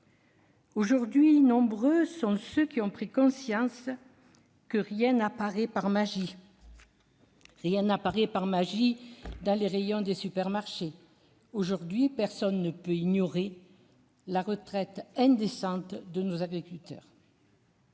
Aujourd'hui, nombreux sont ceux qui ont pris conscience que rien n'apparaît par magie dans les rayons des supermarchés. Aujourd'hui, personne ne peut ignorer la retraite indécente de nos agriculteurs.